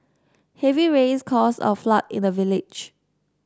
heavy rains caused a flood in the village